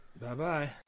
Bye-bye